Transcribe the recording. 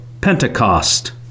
Pentecost